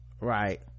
Right